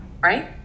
right